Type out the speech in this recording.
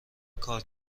کار